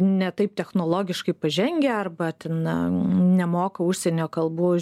ne taip technologiškai pažengę arba ten nemoka užsienio kalbų